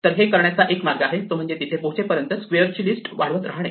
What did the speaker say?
तर हे करण्याचा एक मार्ग आहे तो म्हणजे तिथे पोहोचेपर्यंत या स्क्वेअरची लिस्ट वाढवत राहणे